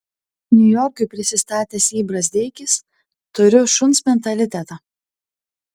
niujorkui prisistatęs i brazdeikis turiu šuns mentalitetą